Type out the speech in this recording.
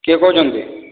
କିଏ କହୁଛନ୍ତି